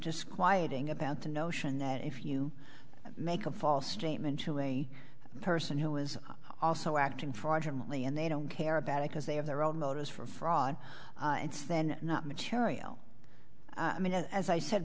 disquieting about the notion that if you make a false statement to a person who is also acting fortunately and they don't care about it because they have their own motives for fraud it's then not material as i said